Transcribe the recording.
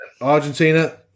Argentina